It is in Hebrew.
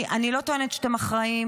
אני לא טוענת שאתם אחראים,